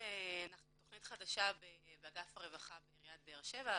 תכנית חדשה באגף הרווחה בעיריית באר שבע,